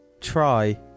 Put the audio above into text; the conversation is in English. Try